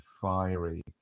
fiery